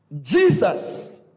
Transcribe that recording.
Jesus